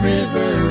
River